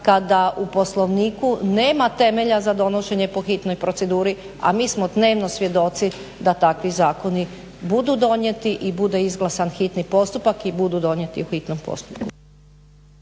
kada u Poslovniku nema temelja za donošenje po hitnoj proceduri, a mi smo dnevno svjedoci da takvi zakoni budu donijeti i bude izglasan hitni postupak i budu donijeti u hitnom postupku.